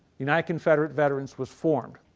united confederate veterans was formed.